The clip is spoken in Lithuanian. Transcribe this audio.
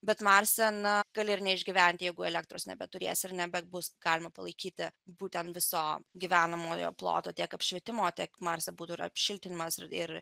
bet marse na gali ir neišgyventi jeigu elektros nebeturėsi ir nebebus galima palaikyti būtent viso gyvenamojo ploto tiek apšvietimo tiek marse būtų ir apšiltinimas ir ir